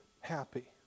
happy